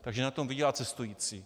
Takže na tom vydělá cestující.